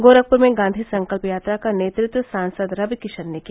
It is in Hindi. गोरखपुर में गांधी संकल्प यात्रा का नेतृत्व सांसद रवि किशन ने किया